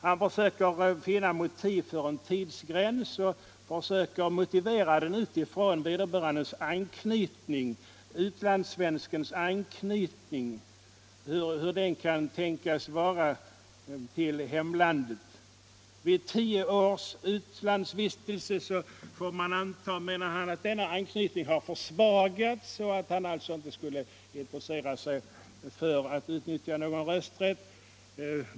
Han försöker finna motiv för en tidsgräns och söker motivera den utifrån hurdan utlandssvenskens anknytning kan tänkas vara till hemlandet. Vid tio års utlandsvistelse får man anta, menar departementschefen, att denna anknytning har försvagats och att vederbörande alltså inte skulle intressera sig för att utnyttja någon rösträtt.